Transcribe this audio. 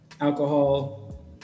alcohol